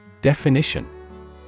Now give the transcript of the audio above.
Definition